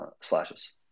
slashes